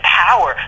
power